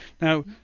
now